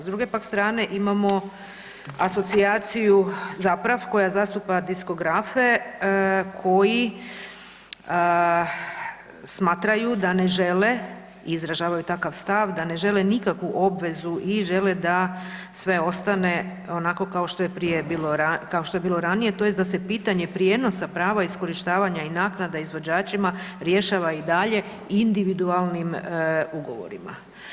S druge pak strane imamo asocijaciju ZAPRAV koja zastupa diskografe koji smatraju da ne žele i izražavaju takav stav da ne žele nikakvu obvezu i žele da sve ostane onako kao što je prije bilo, kao što je bilo ranije tj. da se pitanje prijenosa prava iskorištavanja i naknada izvođačima rješava i dalje individualnim ugovorima.